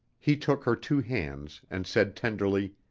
he took her two hands and said tenderly